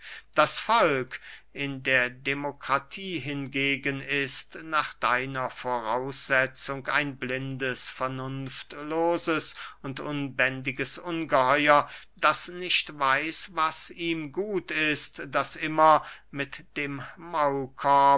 das volk in der demokratie hingegen ist nach deiner voraussetzung ein blindes vernunftloses und unbändiges ungeheuer das nicht weiß was ihm gut ist das immer mit dem